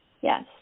yes